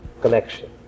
collection